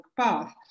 path